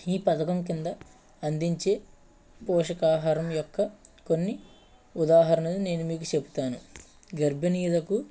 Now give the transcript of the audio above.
ఈ పథకం కింద అందించే పోషకాహారం యొక్క కొన్ని ఉదాహరణలు నేను మీకు చెప్తాను గర్భిణీలకు